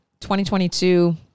2022